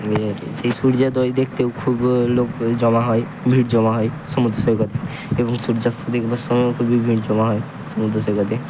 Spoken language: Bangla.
নিয়ে সেই সূর্যোদয় দেখতেও খুব লোক জমা হয় ভিড় জমা হয় সমুদ্র সৈকতে এবং সূর্যাস্ত দেখবার সময় ভিড় জমা হয় সমুদ্র সৈকতে